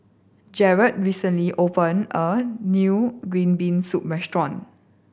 Jaret recently open a new green bean soup restaurant